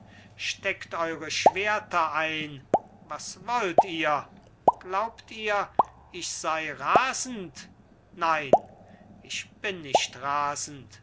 steckt eure schwerter ein was wollt ihr glaubt ihr ich sei rasend nein ich bin nicht rasend